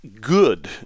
good